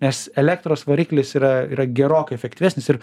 nes elektros variklis yra yra gerokai efektyvesnis ir